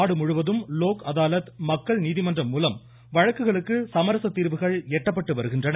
நாடு முழுவதும் லோக் அதாலத் மக்கள் நீதிமன்றம் வழக்குகளுக்கு சமரச தீர்வுகள் எட்டப்பட்டு வருகின்றன